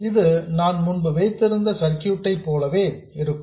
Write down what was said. இது நான் முன்பு வைத்திருந்த சர்க்யூட் ஐ போலவே இருக்கும்